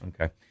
Okay